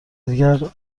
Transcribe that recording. دیگر